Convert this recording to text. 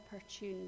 opportune